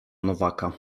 nowaka